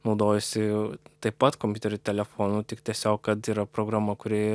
naudojiesi taip pat kompiuteriu telefonu tik tiesiog kad yra programa kuri